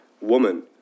woman